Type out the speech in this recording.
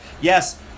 yes